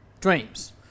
dreams